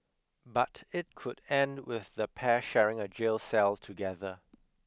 but it could end with the pair sharing a jail cell together